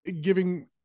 giving